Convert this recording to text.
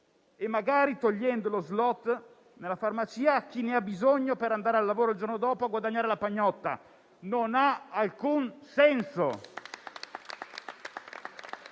e magari togliendo lo *slot* nella farmacia a chi ne ha bisogno per andare al lavoro il giorno dopo a guadagnare la pagnotta. Non ha alcun senso!